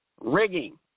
rigging